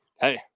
Hey